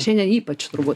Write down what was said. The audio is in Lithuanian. šiandien ypač turbū